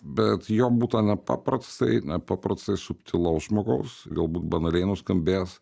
bet jo būta nepaprastai nepaprastai subtilaus žmogaus galbūt banaliai nuskambės